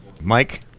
Mike